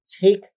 take